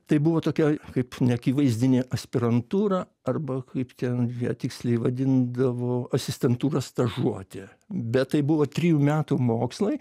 tai buvo tokia kaip neakivaizdinė aspirantūra arba kaip ten tiksliai vadindavo asistentūra stažuotė bet tai buvo trijų metų mokslai